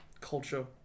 culture